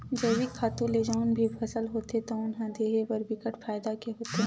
जइविक खातू ले जउन भी फसल होथे तउन ह देहे बर बिकट फायदा के होथे